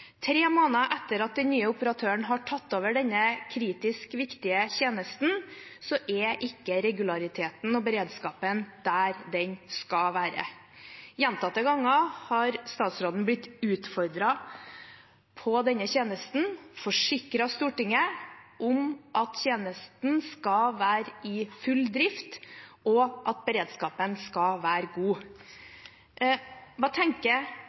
Tre måneder etter at den nye operatøren har tatt over denne kritisk viktige tjenesten, er ikke regulariteten og beredskapen slik den skal være. Gjentatte ganger har statsråden blitt utfordret på denne tjenesten og forsikret Stortinget om at tjenesten skal være i full drift, og at beredskapen skal være god. Hva tenker